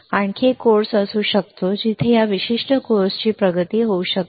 तर आणखी एक कोर्स असू शकतो जिथे या विशिष्ट कोर्सची प्रगती होऊ शकते